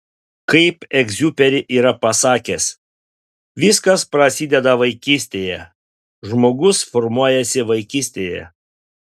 kaip egziuperi yra pasakęs viskas prasideda vaikystėje žmogus formuojasi vaikystėje